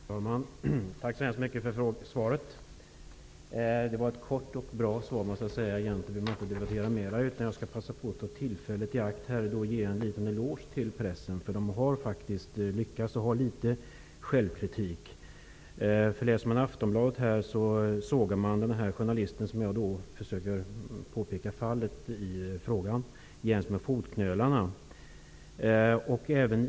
Fru talman! Tack så hemskt mycket för svaret! Det var ett kort och bra svar som egentligen inte behöver debatteras mer. Jag skall ändå passa på att ta tillfället i akt och ge en liten eloge till pressen. Pressen har faktiskt lyckats vara litet självkritisk. I Aftonbladet sågar man nämligen den journalist som jag syftade på i min fråga jäms med fotknölarna.